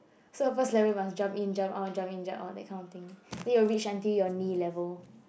so the first level you must jump in jump out jump in jump out that kind of thing then it will reach until your knee level